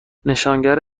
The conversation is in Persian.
نشانگر